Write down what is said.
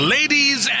Ladies